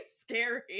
scary